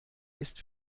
ist